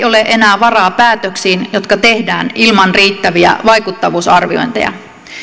ole enää varaa päätöksiin jotka tehdään ilman riittäviä vaikuttavuusarviointeja